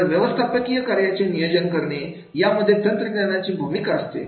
तर व्यवस्थापकीय कार्याचे नियोजन करणे यामध्ये तंत्रज्ञानाची भूमिका असते